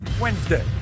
Wednesday